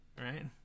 right